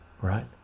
right